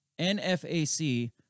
NFAC